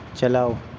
چلاؤ